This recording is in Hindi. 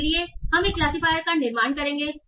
इसलिए हम एक क्लासिफायर का निर्माण करेंगे